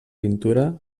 pintura